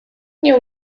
nie